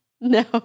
No